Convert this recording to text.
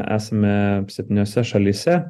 esame septyniose šalyse